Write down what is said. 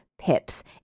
pips